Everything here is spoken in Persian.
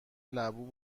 لبو